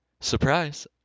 Surprise